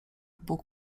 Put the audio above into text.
bóg